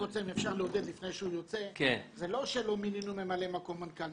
זה לא שלא מינינו ממלא מקום מנכ"ל.